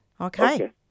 Okay